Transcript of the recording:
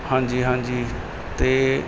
ਹਾਂਜੀ ਹਾਂਜੀ ਅਤੇ